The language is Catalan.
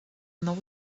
nou